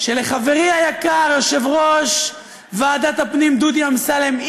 שלחברי היקר יושב-ראש ועדת הפנים דודי אמסלם,